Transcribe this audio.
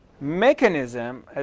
mechanism